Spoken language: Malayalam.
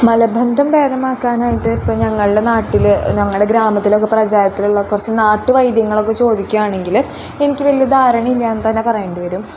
മലബന്ധം ഭേദമാക്കാനായിട്ട് ഇപ്പം ഞങ്ങളുടെ നാട്ടിൽ ഞങ്ങളുടെ ഗ്രാമത്തിലൊക്കെ പ്രചാരത്തിലൊള്ള കുറച്ച് നാട്ട് വൈദ്യങ്ങളൊക്കെ ചോദിക്കുകയാണെങ്കിൽ എനിക്ക് വലിയ ധാരണയില്ല എന്ന് തന്നെ പറയേണ്ടി വരും